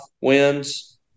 wins